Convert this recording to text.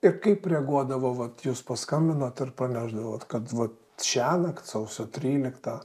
ir kaip reaguodavo vat jūs paskambinot ir pranešdavot kad va šiąnakt sausio tryliktą